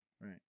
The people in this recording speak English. right